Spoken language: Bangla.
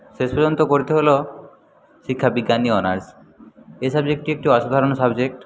শেষ পর্যন্ত করতে হল শিক্ষাবিজ্ঞান নিয়ে অনার্স এই সাবজেক্টটি একটি অসাধারণ সাবজেক্ট